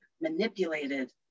manipulated